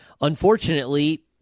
Unfortunately